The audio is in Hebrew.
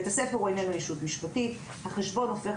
בית הספר איננו ישות משפטית; החשבון הופך